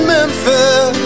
Memphis